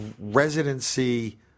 residency